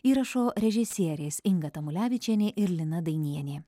įrašo režisierės inga tamulevičienė ir lina dainienė